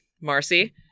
Marcy